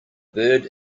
bird